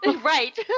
Right